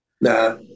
Nah